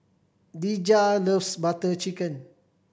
Dejah loves Butter Chicken